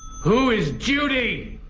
who is judy?